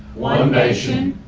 one nation